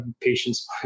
patients